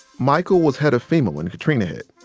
michael was head of fema when katrina hit.